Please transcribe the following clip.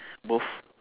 both